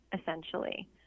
essentially